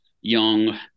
young